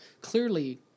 clearly